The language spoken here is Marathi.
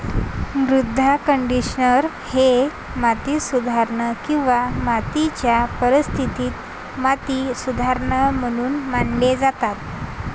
मृदा कंडिशनर हे माती सुधारणा किंवा मातीच्या परिस्थितीत माती सुधारणा म्हणून मानले जातात